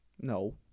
No